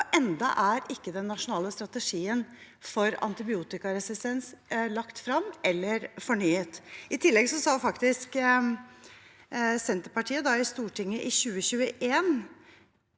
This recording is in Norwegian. ennå er ikke den nasjonale strategien for antibiotikaresistens lagt frem eller fornyet. I tillegg sa faktisk Senterpartiet i Stortinget i 2021,